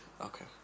Okay